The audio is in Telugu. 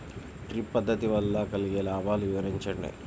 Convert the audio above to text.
డ్రిప్ పద్దతి వల్ల కలిగే లాభాలు వివరించండి?